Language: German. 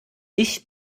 ich